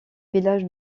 village